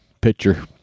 Picture